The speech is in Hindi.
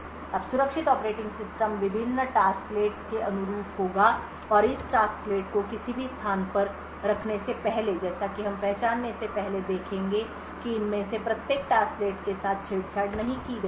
अब सुरक्षित ऑपरेटिंग सिस्टम विभिन्न टास्कलेट्स के अनुरूप होगा और इस टास्कलेट को किसी भी स्थान पर रखने से पहले जैसा कि हम पहचानने से पहले देखेंगे कि इनमें से प्रत्येक टास्कलेट के साथ छेड़छाड़ नहीं की गई है